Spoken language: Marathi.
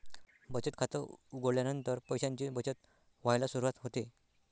बचत खात उघडल्यानंतर पैशांची बचत व्हायला सुरवात होते